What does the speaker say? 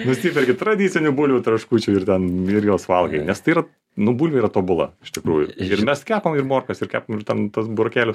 nusiperki tradicinių bulvių traškučių ir ten ir juos valgai nes tai yra nu bulvė yra tobula iš tikrųjų ir mes kepam ir morkas ir kepam ir ten tuos burokėlius